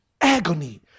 agony